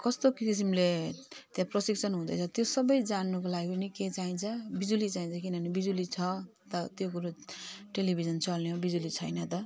कस्तो किसिमले त्यहाँ प्रशिक्षण हुँदैछ त्यो सबै जान्नुको लागि पनि के चाहिन्छ बिजुली किनभने बिजुली छ त त्यो कुरो टेलिभिजन चल्ने हो बिजुली छैन त